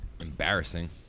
Embarrassing